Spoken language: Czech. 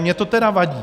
Mně to tedy vadí.